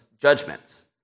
judgments